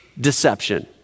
deception